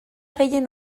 gehien